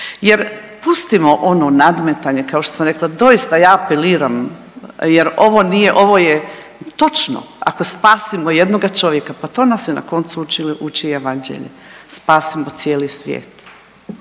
jer pustimo ono nadmetanje kao što sam rekla, doista ja apeliram jer ovo nije ovo je točno ako spasimo jednoga čovjeka, pa to nas je na koncu uči i evanđelje, spasimo cijeli svijet